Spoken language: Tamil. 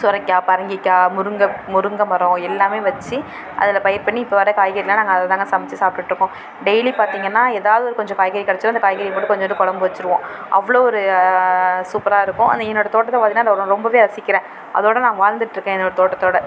சுரைக்கா பரங்கிக்காய் முருங்கை முருங்கை மரம் எல்லாமே வச்சு அதில் பயிர் பண்ணி இப்போ வர காய்கறிலான் நாங்கள் அதை தாங்க சமச்சு சாப்பிட்டுட்ருக்கோம் டெய்லி பார்த்திங்கனா எதாவது ஒரு கொஞ்சம் காய்கறி கிடச்சிரும் அந்த காய்கறியை போட்டு கொஞ்சூண்டு கழம்பு வச்சிடுவோம் அவ்வளோ ஒரு சூப்பராகருக்கும் நீங்கள் என்னோட தோட்டத்தை பார்த்திங்கனா ரொம்பவே ரசிக்கிறேன் அதோடு நான் வாழ்ந்துட்டிருக்கேன் என்னோடய தோட்டத்தோடு